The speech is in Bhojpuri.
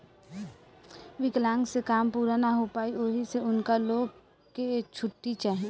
विकलांक से काम पूरा ना हो पाई ओहि से उनका लो के छुट्टी चाही